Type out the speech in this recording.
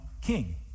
king